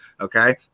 Okay